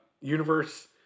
universe